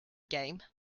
game